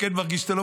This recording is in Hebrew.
כן מרגיש טוב,